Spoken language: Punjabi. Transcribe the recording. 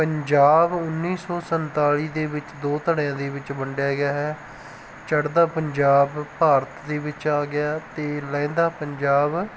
ਪੰਜਾਬ ਉੱਨੀ ਸੋ ਸੰਤਾਲੀ ਦੇ ਵਿੱਚ ਦੋ ਧੜਿਆਂ ਦੇ ਵਿੱਚ ਵੰਡਿਆ ਗਿਆ ਹੈ ਚੜ੍ਹਦਾ ਪੰਜਾਬ ਭਾਰਤ ਦੇ ਵਿੱਚ ਆ ਗਿਆ ਅਤੇ ਲਹਿੰਦਾ ਪੰਜਾਬ